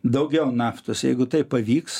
daugiau naftos jeigu tai pavyks